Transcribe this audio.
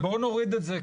אז בואו נוריד את זה,